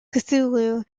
cthulhu